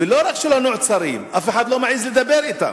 ולא רק שהם לא נעצרים, אף אחד לא מעז לדבר אתם.